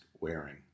wearing